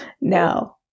no